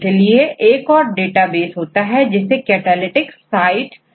जैसा मैंने पिछली क्लासों में बताया थाडेटाबेस के संदर्भ में डाटा लिटरेचर में बिखरे हुए रूप में है